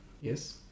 yes